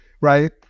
right